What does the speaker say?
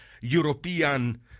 European